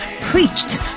preached